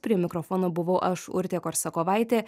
prie mikrofono buvau aš urtė korsakovaitė